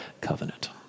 covenant